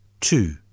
two